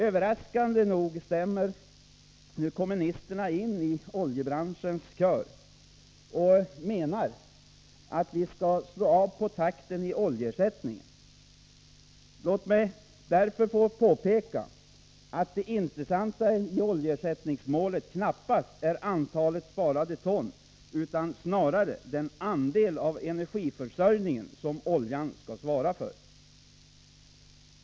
Överraskande nog stämmer nu kommunisterna in i oljebranschens kör och menar att vi skall slå av på takten i oljeersättningen. Låt mig därför få påpeka att det intressanta i oljeersättningsmålet knappast är antalet sparade ton utan snarare den andel av energiförsörjningen som oljan skall svara för.